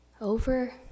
over